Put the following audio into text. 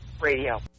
Radio